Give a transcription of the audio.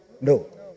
No